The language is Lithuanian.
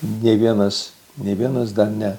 nė vienas nė vienas dar ne